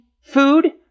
food